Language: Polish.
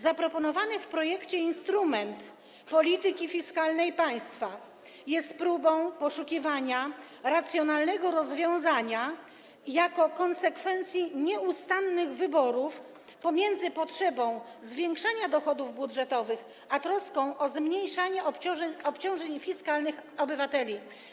Zaproponowany w projekcie instrument polityki fiskalnej państwa jest próbą poszukiwania racjonalnego rozwiązania jako konsekwencji nieustannych wyborów pomiędzy potrzebą zwiększania dochodów budżetowych a troską o zmniejszanie obciążeń fiskalnych obywateli.